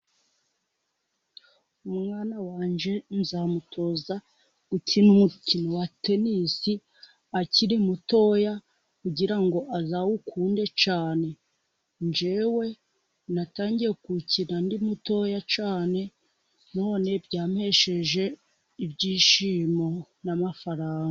Umwana wanjye, nzamutoza gukina umukino wa tenisi, akiri mutoya kugirango azawukunde cyane, jyewe natangiye ku wukina ndi mutoya cyane, none byampesheje ibyishimo n'amafaranga.